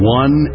one